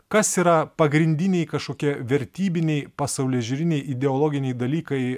kas yra pagrindiniai kažkokie vertybiniai pasaulėžiūriniai ideologiniai dalykai